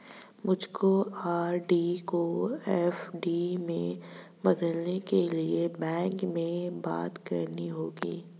मुझको आर.डी को एफ.डी में बदलने के लिए बैंक में बात करनी होगी